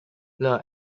the